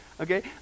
Okay